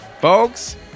Folks